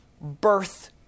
birth